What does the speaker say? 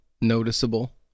noticeable